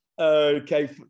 Okay